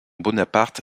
bonaparte